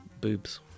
Boobs